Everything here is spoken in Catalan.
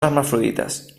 hermafrodites